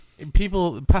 People